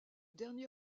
dernier